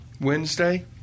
Wednesday